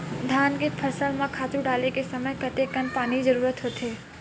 धान के फसल म खातु डाले के समय कतेकन पानी के जरूरत होथे?